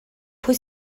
pwy